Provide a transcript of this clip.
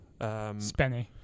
Spenny